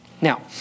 Now